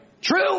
True